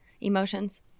Emotions